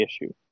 issue